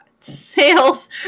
Sales